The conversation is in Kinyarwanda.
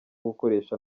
gukoresha